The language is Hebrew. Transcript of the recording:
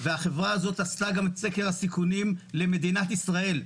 והחברה הזאת גם עשתה את סקר הסיכונים למדינת ישראל,